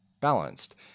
balanced